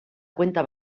cuenta